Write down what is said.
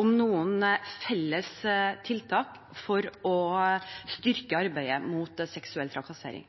om noen felles tiltak for å styrke arbeidet mot seksuell trakassering.